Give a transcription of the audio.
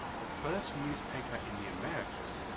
the first newspaper in the americas,